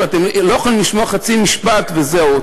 חבר'ה, אתם לא יכולים לשמוע חצי משפט וזהו.